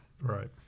Right